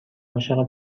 عاشق